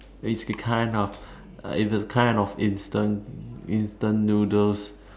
it's the kind of uh it's a kind of instant instant noodles